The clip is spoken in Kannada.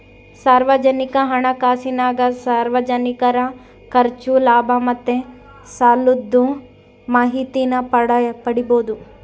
ಸಾರ್ವಜನಿಕ ಹಣಕಾಸಿನಾಗ ಸಾರ್ವಜನಿಕರ ಖರ್ಚು, ಲಾಭ ಮತ್ತೆ ಸಾಲುದ್ ಮಾಹಿತೀನ ಪಡೀಬೋದು